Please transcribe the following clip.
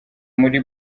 muri